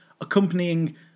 accompanying